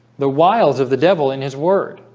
the wiles of the devil in his word,